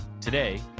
Today